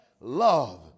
love